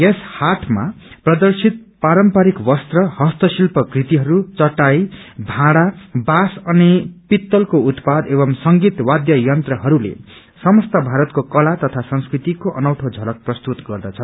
यस हाटमा प्रदर्शित पारम्पारिक कस्त्र हस्तशित्प कृतिहरू चटाई भाँडा बाँस अनि पितलको उत्पाद एवं संगीत वाद्य यन्त्रहस्ते समस्त भारतको कला तथा संस्कृतिको अनौठो झलक प्रस्तुत गर्दछ